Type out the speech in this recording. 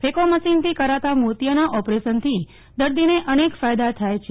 phaco મશીનથી કરાતા મોતિયાના ઓપરેશનથી દર્દીને અનેક ફાયદા થાય છે